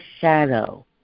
shadow